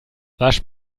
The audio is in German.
wasch